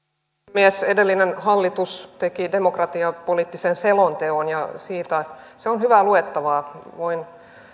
puhemies edellinen hallitus teki demokratiapoliittisen selonteon ja se on hyvää luettavaa voin